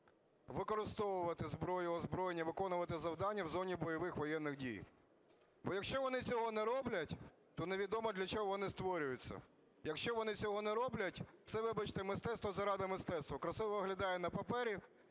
використовувати зброю, озброєння, виконувати завдання в зоні бойових воєнних дій. Бо якщо вони цього не роблять, то невідомо для чого вони створюються. Якщо вони цього не роблять, це, вибачте, мистецтво заради мистецтва, красиво виглядає на папері,